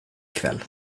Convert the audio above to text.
kväll